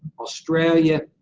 australia,